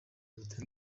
mpita